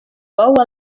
bou